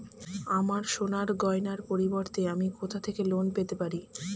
আমার সোনার গয়নার পরিবর্তে আমি কোথা থেকে লোন পেতে পারি?